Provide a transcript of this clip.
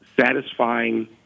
satisfying